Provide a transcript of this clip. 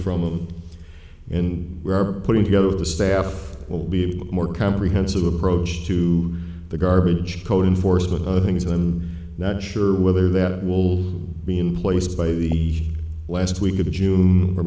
from them and we are putting together the staff will be a more comprehensive approach to the garbage code enforcement of things and i'm not sure whether that will be in place by the last week of june or